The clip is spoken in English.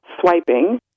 swiping